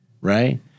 right